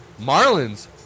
Marlins